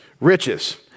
riches